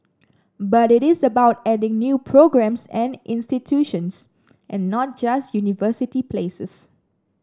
but it is about adding new programmes and institutions and not just university places